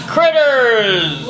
Critters